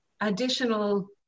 additional